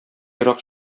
ерак